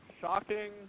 shocking